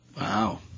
Wow